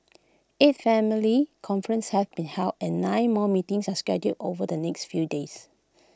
eight family conferences have been held and nine more meetings are scheduled over the next few days